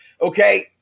okay